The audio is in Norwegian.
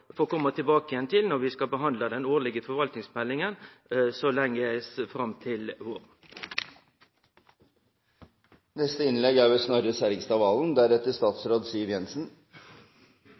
tilbake igjen til når vi skal behandle den årlege forvaltningsmeldinga som skal leggjast fram til